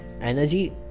energy